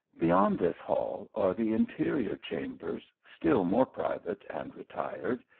beyond this hall are the in terior chambers, still more private and retired,